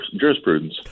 jurisprudence